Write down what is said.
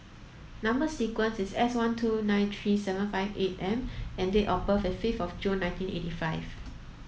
number sequence is S one two nine three seven five eight M and date of birth is fifth June nineteen eighty five